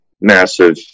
massive